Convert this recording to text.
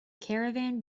caravan